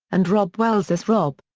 and robb wells as rob.